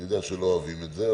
אני לא יודע שלא אוהבים את זה.